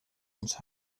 ons